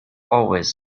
always